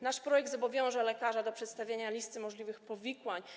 Nasz projekt zobowiąże lekarza do przedstawienia listy możliwych powikłań.